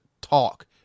talk